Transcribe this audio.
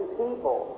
people